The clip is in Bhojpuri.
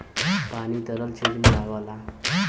पानी तरल चीज में आवला